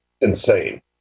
insane